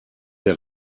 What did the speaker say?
der